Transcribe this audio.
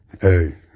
hey